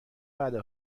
بده